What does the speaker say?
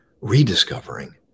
rediscovering